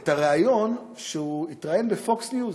את הריאיון שהוא התראיין ב"פוקס ניוז".